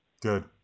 Good